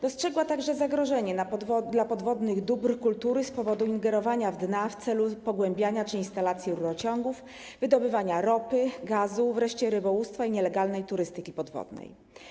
Dostrzegła także zagrożenie dla podwodnych dóbr kultury wynikające z ingerowania w dna w celu pogłębiania czy instalacji rurociągów, wydobywania ropy, gazu, wreszcie rybołówstwa i nielegalnej turystyki podwodnej.